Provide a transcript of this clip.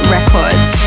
Records